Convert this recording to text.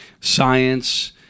science